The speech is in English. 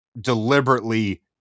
deliberately